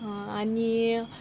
आनी